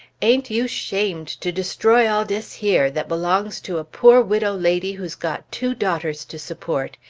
ain't you shamed to destroy all dis here, that belongs to a poor widow lady who's got two daughters to support?